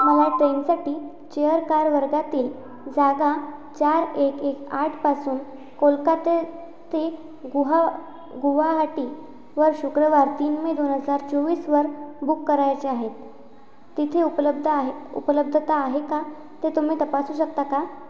मला ट्रेनसाठी chair car वर्गातील जागा चार एक एक आठपासून कोलकाता ते गुहा गुवाहाटीवर शुक्रवार तीन मे दोन हजार चोवीसवर बुक करायचे आहेत तिथे उपलब्ध आहे उपलब्धता आहे का ते तुम्ही तपासू शकता का